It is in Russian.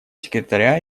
секретаря